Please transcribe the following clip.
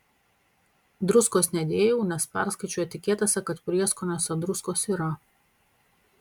druskos nedėjau nes perskaičiau etiketėse kad prieskoniuose druskos yra